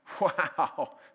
Wow